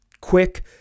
quick